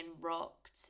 rocked